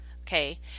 okay